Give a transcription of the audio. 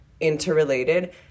interrelated